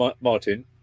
Martin